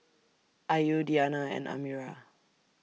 Ayu Diyana and Amirah